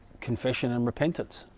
confession and repentance